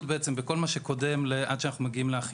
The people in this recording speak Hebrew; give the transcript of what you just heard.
בעצם בכל מה שקודם עד שאנחנו מגיעים לאכיפה.